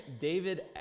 David